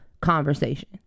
conversation